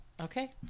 Okay